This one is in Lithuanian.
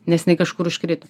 nes jinai kažkur užkrito